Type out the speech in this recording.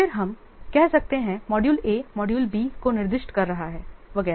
फिर हम कह सकते हैं मॉड्यूल A मॉड्यूल B को निर्दिष्ट कर रहा है वगैरह